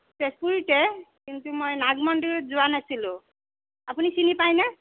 তেজপুৰতে কিন্তু মই নাগমন্দিৰত যোৱা নাছিলোঁ আপুনি চিনি পাইনে